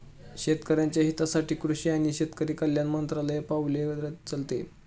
शेतकऱ्याच्या हितासाठी कृषी आणि शेतकरी कल्याण मंत्रालय पाउल उचलते